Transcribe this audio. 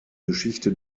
geschichte